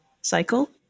cycle